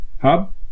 hub